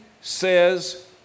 says